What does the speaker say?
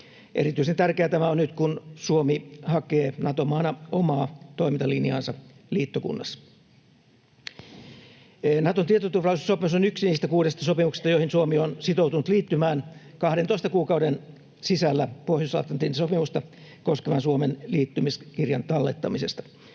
Erityisen tärkeää tämä on nyt, kun Suomi hakee Nato-maana omaa toimintalinjaansa liittokunnassa. Naton tietoturvallisuussopimus on yksi niistä kuudesta sopimuksesta, joihin Suomi on sitoutunut liittymään 12 kuukauden sisällä Pohjois-Atlantin sopimusta koskevan Suomen liittymiskirjan tallettamisesta